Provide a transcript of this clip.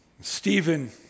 Stephen